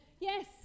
Yes